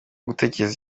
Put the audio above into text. gutekereza